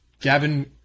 Gavin